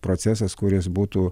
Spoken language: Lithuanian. procesas kuris būtų